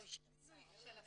מינוי של השר.